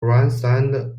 grandstand